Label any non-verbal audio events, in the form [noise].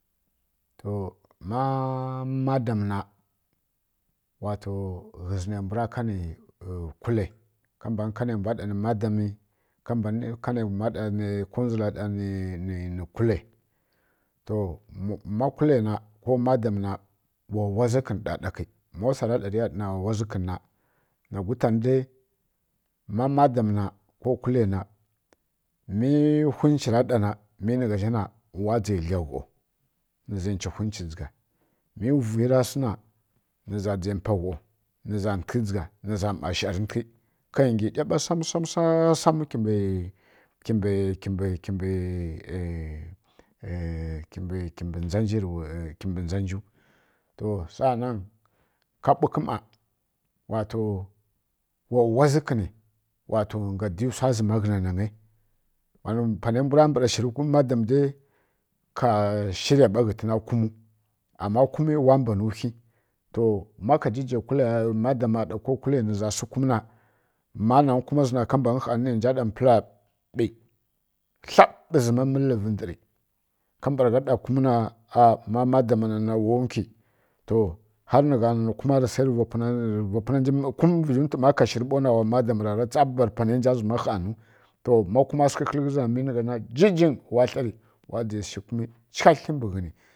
To ma madam na wato hiʒi bura ka ne kule ka bami ka m bua ɗa ni dan adami ka banə ka mi kodʒi la da ni-ni kule to ma kule na ko magamna wa wdʒi kə ɗa-ɗakə mo sura ɗa riya ɗana wi wdʒi kəni na mi humʒi ra ɗama min gha ʒha thya ghu ni ʒa tsi ghunci dʒaga mi vui ra si na mi ʒa dʒe ghu təkə dʒega mʒa shari təkə ka ngi ndiya ɓa sam samu kibə-kibə-kibə [hesitation] kəbə nja nji to sa a nan ka bukə ma wato wa wandʒi kəmi wato nga di suaʒima ghənə naghəi pani baura barra shiri madam dai ka shiriys ɓa ghənə kumu ama kuma hla banu whyi to ma kajija kule magamana ko kule m ʒha si kuna na ma nani kuma ʒina ka banə hani ninja da plambi dambi ʒəma ham ndəri ka baa gha da kumana wla nduana kwli harni ʒa thra har ni kuma sai ri uandʒi har m kuma ri sai vivang həlikə na mi nigha na jijigə wa thavi wa nje shi kuma kuathlyi bə ghənə.